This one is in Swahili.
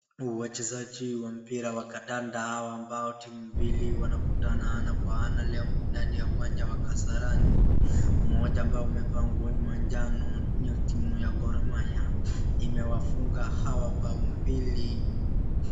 Wachezaji wa mpira wa kandanda ambao timu mbili wanakutana ana kwa ana ndani ya uwanja wa kasarani, moja ambayo imevaa nguo manjano ni timu ya Gor mahia, imewafunga hawa bao mbili.